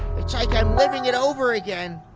it's like i'm living it over again.